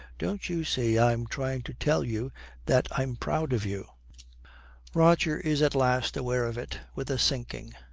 don't you see i'm trying to tell you that i'm proud of you roger is at last aware of it, with a sinking.